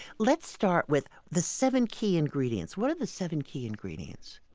let's start with the seven key ingredients. what are the seven key ingredients?